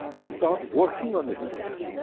start working on this pattern,